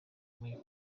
muri